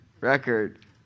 record